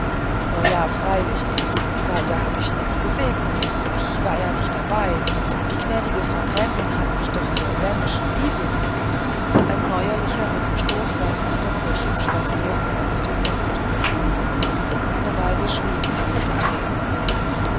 no ja freilich weiter hab ich nix gesegen ich war ja nicht dabei die gnädige frau gräfin hat mich dich zur bähmischen liesel ein neuerlicher rippenstoß seitens der köchin schloß ihr vollends den mund eine weile schwiegen alle betreten